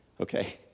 Okay